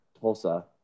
Tulsa